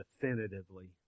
definitively